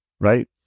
right